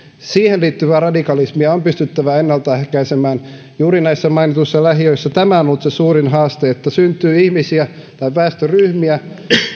siihen liittyvää radikalismia on pystyttävä ennaltaehkäisemään juuri näissä mainituissa lähiöissä tämä on ollut se suurin haaste että syntyy ihmisiä tai väestöryhmiä